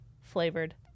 flavored